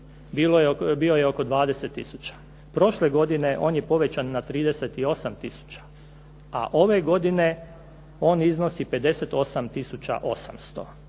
bio je oko 20000. Prošle godine on je povećan na 38000, a ove godine on iznosi 58800.